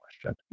question